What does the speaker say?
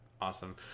awesome